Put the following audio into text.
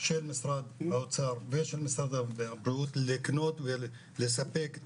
של משרד האוצר ושל משרד הבריאות לקנות ולספק את